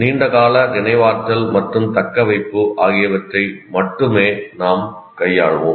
நீண்ட கால நினைவாற்றல் மற்றும் தக்கவைப்பு ஆகியவற்றை மட்டுமே நாம் கையாள்வோம்